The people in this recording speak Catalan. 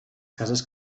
cases